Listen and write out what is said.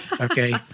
okay